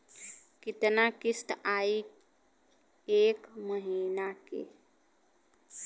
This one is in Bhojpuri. कितना किस्त आई एक महीना के?